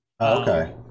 Okay